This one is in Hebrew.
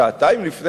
שעתיים לפני